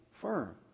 firm